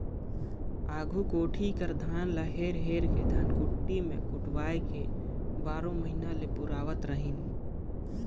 आघु कोठी कर धान ल हेर हेर के धनकुट्टी मे कुटवाए के बारो महिना ले पुरावत रहिन